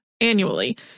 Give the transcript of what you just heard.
annually